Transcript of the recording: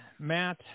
Matt